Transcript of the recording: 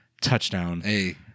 touchdown